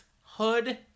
Hood